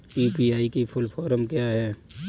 UPI की full form क्या है?